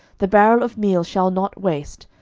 the barrel of meal shall not waste,